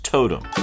Totem